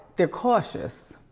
they're cautious.